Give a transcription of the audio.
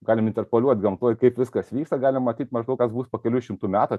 galim interpoliuot gamtoj kaip viskas vyksta galim matyt maždaug kas bus po kelių šimtų metų